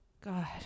God